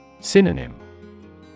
Synonym